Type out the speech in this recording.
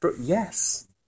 Yes